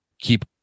keep